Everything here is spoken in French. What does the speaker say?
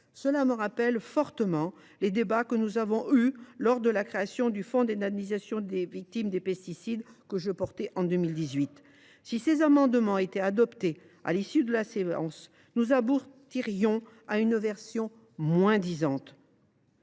Cela me rappelle fortement les débats que nous avons eus lors de la création du fonds d’indemnisation des victimes des pesticides dont j’ai pris l’initiative en 2018. Si ces amendements étaient adoptés au cours de cette séance, nous aboutirions à une version moins disante